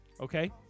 Okay